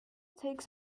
takes